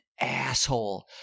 asshole